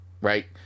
right